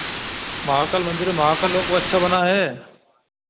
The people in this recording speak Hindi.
महाकाल मंदिर में महाकाल लोक अच्छा बना है